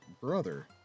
brother